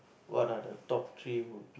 what are the top three